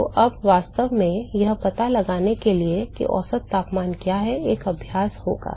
तोअब वास्तव में यह पता लगाने के लिए है कि औसत तापमान क्या है एक अभ्यास होगा